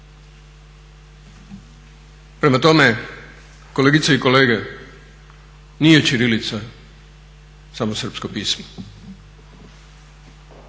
Prema tome, kolegice i kolege nije ćirilica samo srpsko pismo,